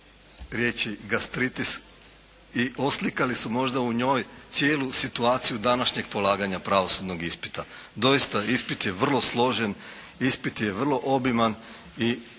riječi gastritis i oslikali su možda u njoj cijelu situaciju današnjeg polaganja pravosudnog ispita. Doista ispit je vrlo složen. Ispit je vrlo obiman i